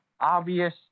obvious